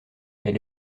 elle